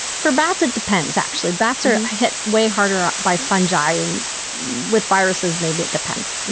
for bats, it depends, actually. bats are and hit way harder by fungi and with viruses, maybe, it depends.